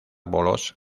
bolos